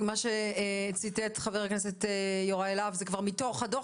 מה שציטט חבר הכנסת יוראי להב זה כבר מתוך הדוח